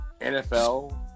NFL